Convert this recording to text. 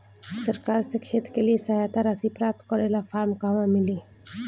सरकार से खेत के लिए सहायता राशि प्राप्त करे ला फार्म कहवा मिली?